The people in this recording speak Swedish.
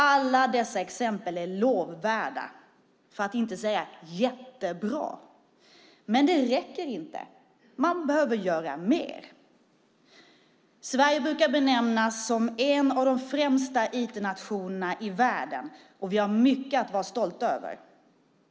Alla dessa exempel är lovvärda, för att inte säga jättebra. Men det räcker inte. Man behöver göra mer. Sverige brukar benämnas som en av de främsta IT-nationerna i världen, och vi har mycket att vara stolta över.